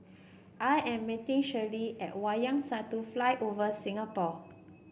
I am meeting Shirleen at Wayang Satu Flyover Singapore